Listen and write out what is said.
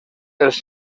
els